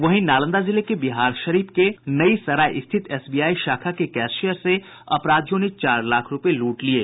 वहीं नालंदा जिले के बिहारशरीफ के नईसराय स्थित एसबीआई शाखा के कैशियर से अपराधियों ने चार लाख रुपये लूट लिये